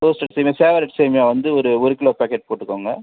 roasted semiya சேவரட் சேமியா வந்து ஒரு ஒரு கிலோ பாக்கெட் போட்டுக்கோங்க